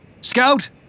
Scout